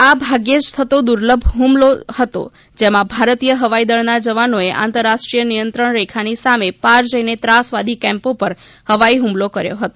આ ભાગ્યે જ થતો દુર્લભ હ્મલો હતો જેમાં ભારતીય હવાઇદળના જવાનોએ આંતરરાષ્ટ્રીય નિયંત્રણ રેખાની સામે પાર જઇને ત્રાસવાદી કેમ્પો પર હવાઇ હ્મલો કર્યો હતો